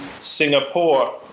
Singapore